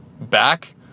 back